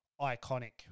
iconic